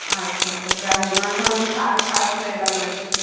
আচ্ছা আচ্ছা যাই হোক আমি ভাবলাম আরও খারাপ হয়ে গেলো না কি